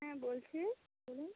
হ্যাঁ বলছি বলুন